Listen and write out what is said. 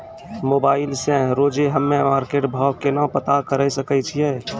Mobile से रोजे हम्मे मार्केट भाव केना पता करे सकय छियै?